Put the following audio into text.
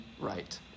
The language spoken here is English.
right